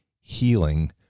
healing